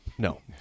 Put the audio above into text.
No